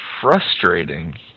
frustrating